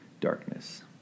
darkness